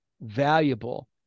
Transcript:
valuable